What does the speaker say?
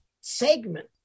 segment